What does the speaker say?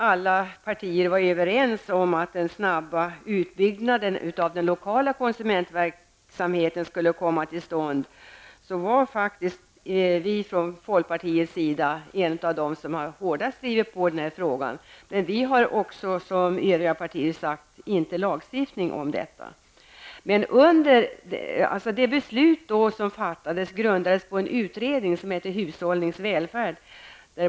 Alla partier var då överens om att en snabb utbyggnad av den lokala konsumentverksamheten skulle komma till stånd. Vi i folkpartiet tillhörde faktiskt dem som hårdast drev på i den här frågan. Liksom övriga partier har vi också sagt att det inte skall lagstiftas om detta. Det beslut som fattades var grundat på en utredningen Hushållning och välfärd.